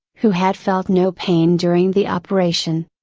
who had felt no pain during the operation.